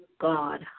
God